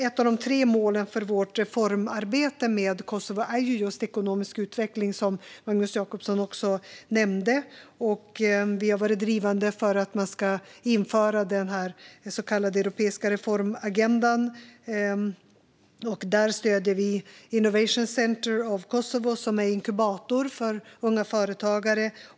Ett av de tre målen för vårt reformarbete med Kosovo är just ekonomisk utveckling, vilket Magnus Jacobsson också nämnde, och vi har varit drivande för att man ska införa den så kallade europeiska reformagendan. Där stöder vi Innovation Centre Kosovo, som är en inkubator för unga företagare.